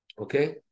Okay